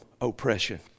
oppression